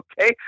okay